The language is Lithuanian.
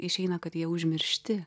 išeina kad jie užmiršti